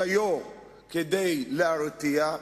דיו כדי להרתיע,